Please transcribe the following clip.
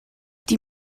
die